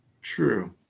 True